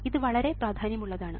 ഇത് വളരെ പ്രാധാന്യമുള്ളതാണ്